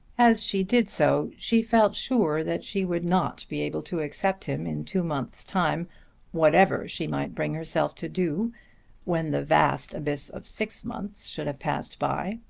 as she did so she felt sure that she would not be able to accept him in two months' time whatever she might bring herself to do when the vast abyss of six months should have passed by.